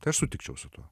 tai aš sutikčiau su tuo